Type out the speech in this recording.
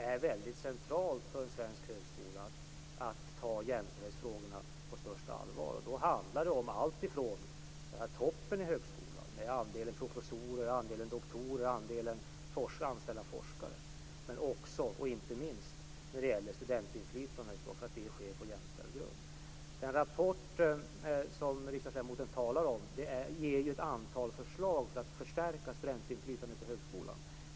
Det är centralt för en svensk högskola att ta jämställdhetsfrågorna på största allvar, och då handlar det om alltifrån toppen i högskolan, andelen professorer, andelen doktorer och andelen anställda forskare, men inte minst också studentinflytandet, som bör ske på jämställd grund. I den rapport som riksdagsledamoten talar om ges ett antal förslag för att förstärka studentinflytandet i högskolan.